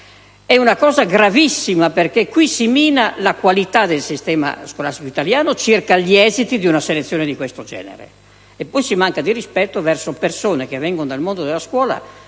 È una cosa gravissima, perché così si mina la qualità del sistema scolastico italiano circa gli esiti di una selezione di questo genere; in secondo luogo, si manca di rispetto verso le persone che vengono dal mondo della scuola.